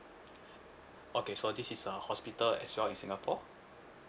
okay so this is a hospital as well in singapore